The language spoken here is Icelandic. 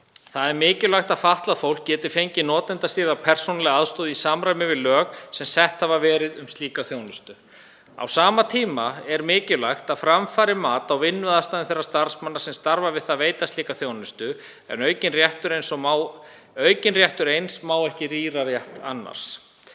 Það er mikilvægt að fatlað fólk geti fengið notendastýrða persónulega aðstoð í samræmi við lög sem sett hafa verið um slíka þjónustu. Á sama tíma er mikilvægt að fram fari mat á vinnuaðstæðum þeirra starfsmanna sem starfa við það að veita slíka þjónustu, en aukinn réttur eins má ekki að rýra rétt annars.